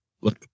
look